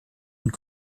und